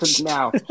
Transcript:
now